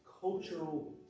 cultural